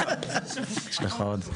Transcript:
דניאל, יש לך עוד משהו.